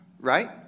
right